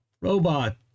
robot